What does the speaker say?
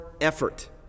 effort